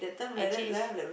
I change